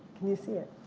can you see it?